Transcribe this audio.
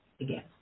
again